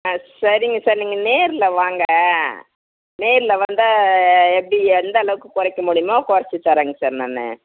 ஆ சரிங்க சார் நீங்கள் நேரில் வாங்க நேரில் வந்தால் எப்படி எந்தளவுக்கு குறைக்க முடியுமோ குறச்சித் தரேங்க சார் நான்